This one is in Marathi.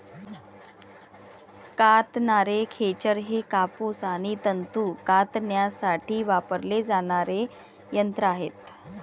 कातणारे खेचर हे कापूस आणि तंतू कातण्यासाठी वापरले जाणारे यंत्र आहे